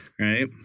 Right